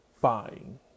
buying